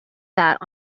that